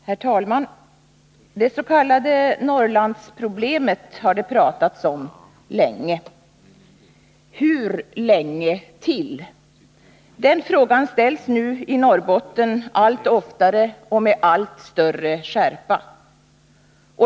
Herr talman! Det s.k. Norrlandsproblemet har det pratats om länge. Hur länge till? Den frågan ställs nu i Norrbotten allt oftare och med allt större skärpa.